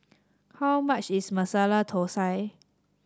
how much is Masala Thosai